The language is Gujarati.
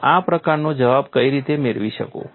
હું આ પ્રકારનો જવાબ કઈ રીતે મેળવી શકું